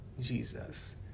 Jesus